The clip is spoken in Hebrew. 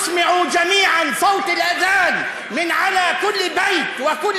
שתשמיעו כולכם את קול האד'אן מעל לכל בית ומעל כל